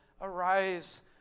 arise